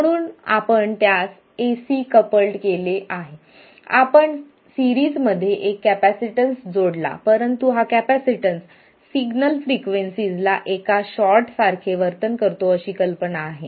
म्हणून आपण त्याला एसी कपल्ड केले आपण सीरिजमध्ये एक कॅपेसिटन्स जोडला परंतु हा कॅपेसिटन्स सिग्नल फ्रिक्वेन्सीज ला एका शॉर्ट सारखे वर्तन करतो अशी कल्पना आहे